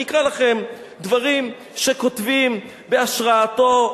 אני אקרא לכם דברים שכותבים בהשראתו,